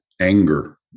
anger